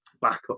backup